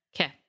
Okay